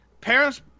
Parents